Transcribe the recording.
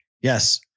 Yes